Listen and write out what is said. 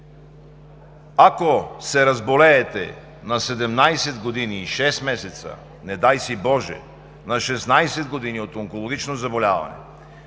Ако се разболеете на 17 години и шест месеца, не дай си боже, на 16 години от онкологично заболяване,